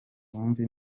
wumve